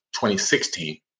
2016